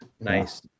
nice